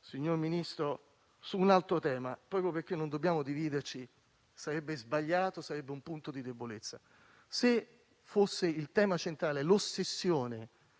Signor Ministro, vado su un altro tema proprio perché non dobbiamo dividerci; sarebbe sbagliato, sarebbe un punto di debolezza. Se il tema centrale fosse l'ossessione